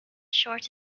shorts